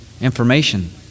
information